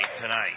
tonight